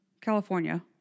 California